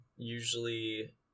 usually